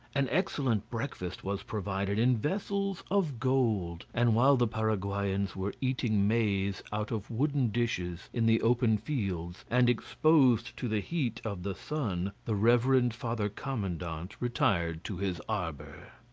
an excellent breakfast was provided in vessels of gold and while the paraguayans were eating maize out of wooden dishes, in the open fields and exposed to the heat of the sun, the reverend father commandant retired to his arbour.